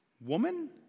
Woman